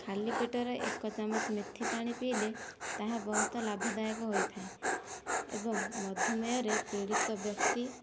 ଖାଲି ପେଟରେ ଏକ ଚାମଚ ମେଥିପାଣି ପିଇଲେ ତାହା ବହୁତ ଲାଭଦାୟକ ହୋଇଥାଏ ଏବଂ ମଧୁମେହରେ ପୀଡ଼ିତ ବ୍ୟକ୍ତି